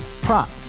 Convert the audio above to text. Prop